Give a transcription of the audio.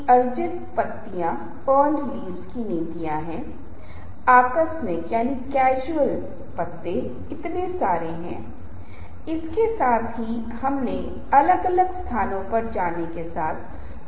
आप इन मामलों के अध्ययन को देख सकते हैं और जैसा कि मैंने आपको पहले बताया था कि हम इन पर विस्तार से नहीं जा रहे हैं आपको स्लाइड्स को देखने और इन्हें पूरा करने की आवश्यकता है और चर्चा के फ़ोरम मे जहाँ खुले समाप्त प्रश्न हैं आप इसमें भाग ले सकते हैं और इनमे से कुछ का जवाब दे सकते हैं